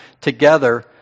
together